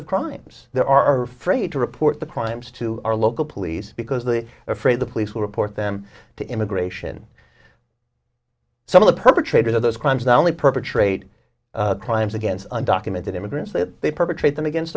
of crimes there are afraid to report the crimes to our local police because the afraid the police will report them to immigration some of the perpetrators of those crimes not only perpetrate crimes against undocumented immigrants that they perpetrate them against